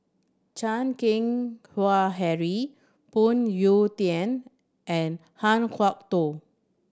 Chan Keng Howe Harry Phoon Yew Tien and Han Kwok Toh